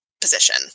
position